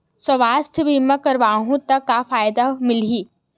सुवास्थ बीमा करवाहू त का फ़ायदा मिलही?